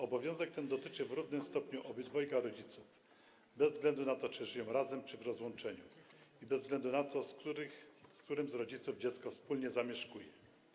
Obowiązek ten dotyczy w równym stopniu obojga rodziców, bez względu na to, czy żyją razem czy w rozłączeniu i bez względu na to, z którym z rodziców dziecko wspólnie zamieszkuje.